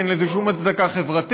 אין לזה שום הצדקה חברתית,